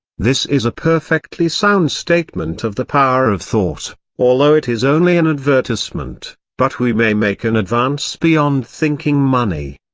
this is a perfectly sound statement of the power of thought, although it is only an advertisement but we may make an advance beyond thinking money.